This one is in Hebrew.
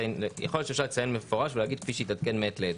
יכול להיות שאפשר לציין במפורש ולהגיד כפי שיתעדכן מעת לעת.